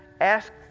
ask